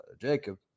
Jacob